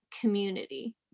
community